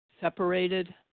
separated